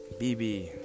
BB